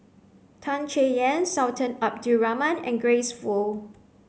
Tan Chay Yan Sultan Abdul Rahman and Grace Fu